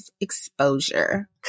exposure